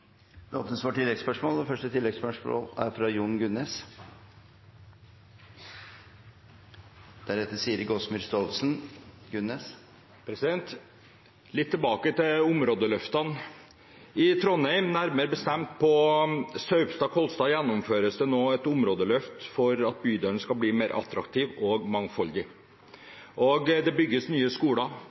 Det åpnes for oppfølgingsspørsmål – først Jon Gunnes. Litt tilbake til områdeløftene: I Trondheim, nærmere bestemt på Saupstad-Kolstad, gjennomføres det nå et områdeløft for at bydelen skal bli mer attraktiv og mangfoldig. Det bygges nye skoler,